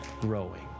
growing